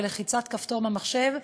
בלחיצת כפתור במחשב,